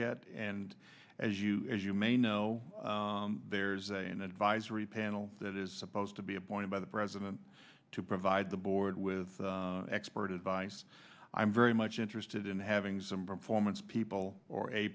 yet and as you as you may know there's an advisory panel that is supposed to be appointed by the president to provide the board with expert advice i'm very much interested in having some performance people or a